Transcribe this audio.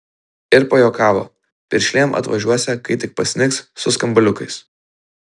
ir pajuokavo piršlėm atvažiuosią kai tik pasnigs su skambaliukais